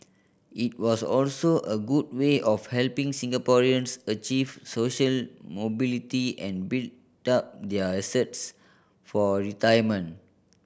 it was also a good way of helping Singaporeans achieve social mobility and build up their assets for retirement